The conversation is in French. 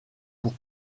pour